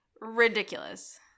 ridiculous